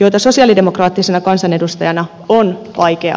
joita sosialidemokraattisena kansanedustajana on vaikea hyväksyä